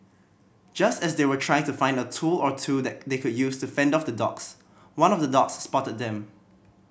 just as they were trying to find a tool or two that they could use to fend off the dogs one of the dogs spotted them